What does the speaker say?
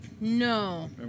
No